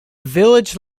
village